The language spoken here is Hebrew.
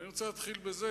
אני רוצה להתחיל בזה,